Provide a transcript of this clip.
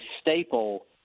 staple